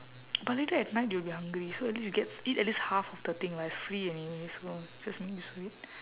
but later at night you will be hungry so at least you get eat at least half of the thing lah it's free anyway so just make use of it